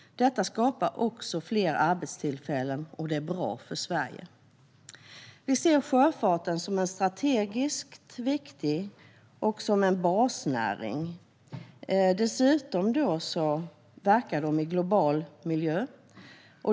Detta skapar också fler arbetstillfällen, och det är bra för Sverige. Vi ser sjöfarten som strategiskt viktig och som en basnäring som verkar i en global miljö.